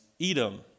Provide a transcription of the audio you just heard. Edom